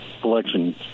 collection